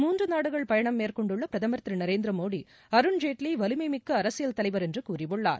மூன்று நாடுகள் பயணம் மேற்கொண்டுள்ள பிரதமர் திரு நரேந்திர மோடி அருண்ஜேட்வி வலிமை மிக்க அரசியல் தலைவர் என்று கூறியுள்ளார்